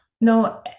no